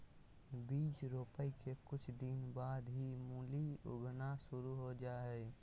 बीज रोपय के कुछ दिन बाद ही मूली उगना शुरू हो जा हय